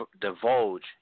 divulge